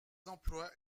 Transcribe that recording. emplois